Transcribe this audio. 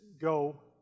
go